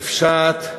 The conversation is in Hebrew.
נפשעת.